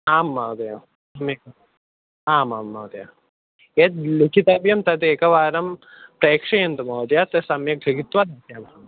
आम् महोदय सम्यक् आम् आम् महोदय यद् लिखितव्यं तद् एकवारं प्रेक्षयन्तु महोदय तत् सम्यक् लिखित्वा दास्यामः